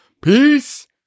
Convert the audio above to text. Peace